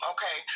Okay